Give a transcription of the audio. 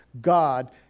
God